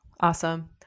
Awesome